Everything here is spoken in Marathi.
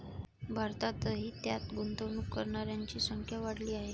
भारतातही त्यात गुंतवणूक करणाऱ्यांची संख्या वाढली आहे